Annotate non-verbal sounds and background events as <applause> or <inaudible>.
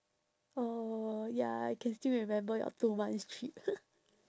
oh ya I can still remember your two months trip <noise>